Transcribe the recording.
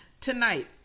Tonight